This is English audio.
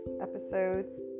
Episodes